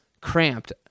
cramped